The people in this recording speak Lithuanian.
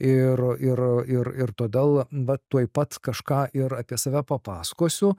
ir ir ir ir todėl vat tuoj pat kažką ir apie save papasakosiu